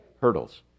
hurdles